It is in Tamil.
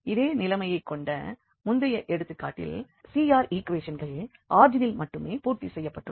இதே நிலைமையை கொண்ட முந்தைய எடுத்துக்காட்டில் CR ஈக்குவேஷன்கள் ஆரிஜினில் மட்டுமே பூர்த்தி செய்யப்பட்டுள்ளன